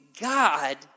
God